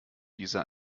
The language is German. dieser